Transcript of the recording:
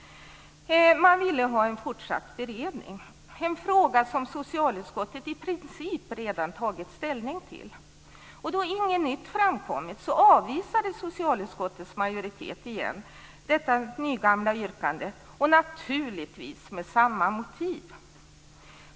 Man ville ha en fortsatt beredning i en fråga som socialutskottet i princip redan tagit ställning till. Då inget nytt framkommit avvisade socialutskottets majoritet återigen detta nygamla yrkande - och naturligtvis med samma motiv.